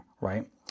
right